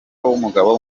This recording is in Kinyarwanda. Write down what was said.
w’umugabo